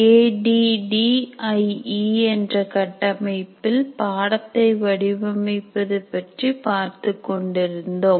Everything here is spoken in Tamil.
A D D I E என்ற கட்டமைப்பில் பாடத்தை வடிவமைப்பது பற்றி பார்த்துக்கொண்டிருந்தோம்